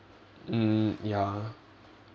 mm ya